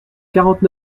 quarante